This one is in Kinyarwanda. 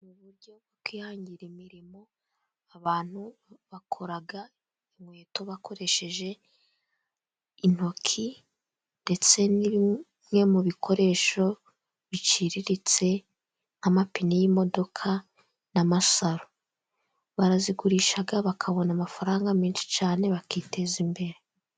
Mu buryo bwo kwihangira imirimo, abantu bakora inkweto bakoresheje intoki, ndetse na bimwe mu bikoresho biciriritse nk’amapine y’imodoka n’amasaro. Barazigurisha, bakabona amafaranga menshi cyane, bakiteza imbere.